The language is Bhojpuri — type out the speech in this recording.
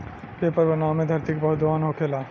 पेपर बनावे मे धरती के बहुत दोहन होखेला